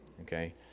Okay